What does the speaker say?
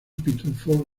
pitufo